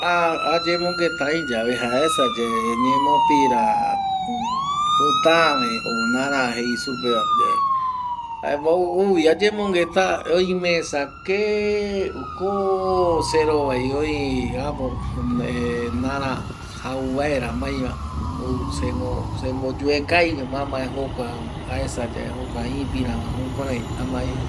Ayemongueta ai yave aesa ye ñemopira pitaave o narä jei supe va yae jaema ou vi añemongueta oimeesa keee o kooo serovai oï narä jauvaerama oïva se mo yeucaiñoma aesa aï je.